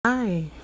Hi